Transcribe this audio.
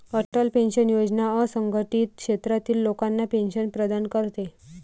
Atal pension योजना असंघटित क्षेत्रातील लोकांना पेन्शन प्रदान करते